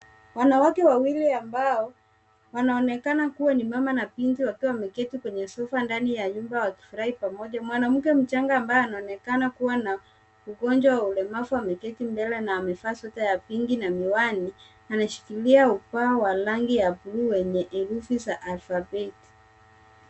Wanawake wawili ambao wanaonekana kuwa ni mama na binti wakiwa wameketi kwenye sofa ndani ya nyumba wakifurahi pamoja. Mwanamke mchanga ambaye anaonekana kuwa na ugonjwa wa ulemavu, ameketi mbele na amevaa sweta ya pinki na miwani, anashikilia ubao wa rangi ya buluu wenye herufi za alfabeti.